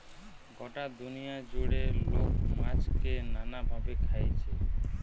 গটা দুনিয়া জুড়ে লোক মাছকে নানা ভাবে খাইছে